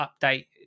update